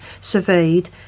surveyed